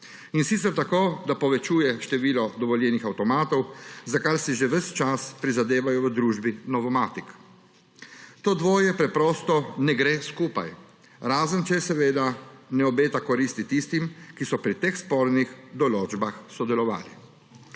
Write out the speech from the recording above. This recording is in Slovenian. in sicer tako, da povečuje število dovoljenih avtomatov, za kar si že ves čas prizadevajo v družbi Novomatic. To dvoje preprosto ne gre skupaj, razen če seveda ne obeta koristi tistim, ki so pri teh spornih določbah sodelovali.